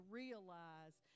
realize